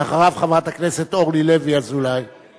ואחריו, חברת הכנסת אורלי לוי אבקסיס.